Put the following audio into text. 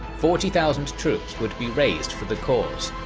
forty thousand troops would be raised for the cause,